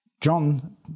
John